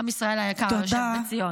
עם ישראל היקר ושבי ציון.